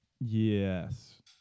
Yes